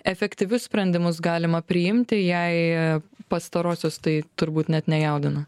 efektyvius sprendimus galima priimti jei pastarosios tai turbūt net nejaudina